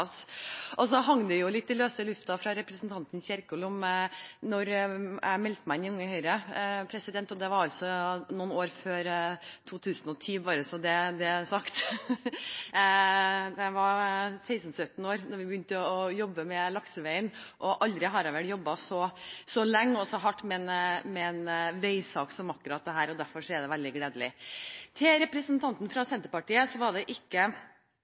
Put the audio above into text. plass. Så hang det litt i løse luften – fra representanten Kjerkol – da jeg meldte meg inn i Unge Høyre. Det var noen år før 2010, bare så det er sagt. Jeg var 16–17 år da vi begynte å jobbe med lakseveien, og aldri har jeg vel jobbet så lenge og så hardt med en veisak som akkurat denne. Derfor er det veldig gledelig. Til representanten Pollestad, fra Senterpartiet.